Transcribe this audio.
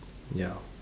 ya